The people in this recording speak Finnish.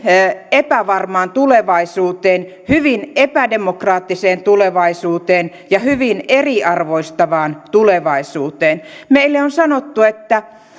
epävarmaan tulevaisuuteen hyvin epädemokraattiseen tulevaisuuteen ja hyvin eriarvoistavaan tulevaisuuteen meille on sanottu että